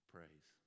Praise